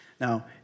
Now